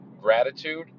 Gratitude